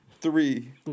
Three